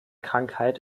krankheit